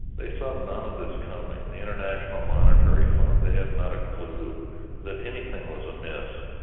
they saw none of this coming. the international monetary fund, they had not a clue that anything was amiss.